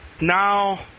Now